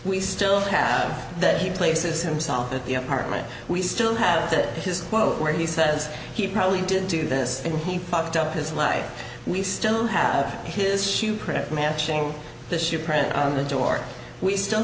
we still have that he places himself in the apartment we still have that his quote where he says he probably didn't do this when he popped up his life we still have his shoe print matching the shoe print on the door we still